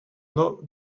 not